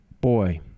boy